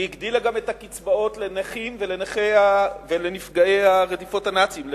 היא הגדילה גם את הקצבאות לנכים ולנפגעי רדיפות הנאצים,